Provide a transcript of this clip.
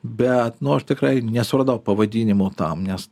bet nu aš tikrai nesuradau pavadinimo tam nes